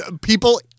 People